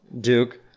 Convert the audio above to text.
Duke